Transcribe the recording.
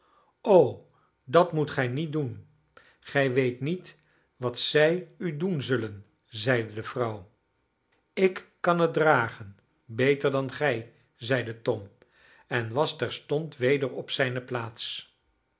o dat moet gij niet doen gij weet niet wat zij u doen zullen zeide de vrouw ik kan het dragen beter dan gij zeide tom en was terstond weder op zijne plaats